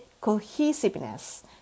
cohesiveness